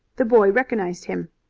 the boy recognized him.